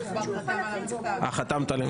הוא כבר חתם על ההצבעה.